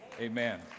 Amen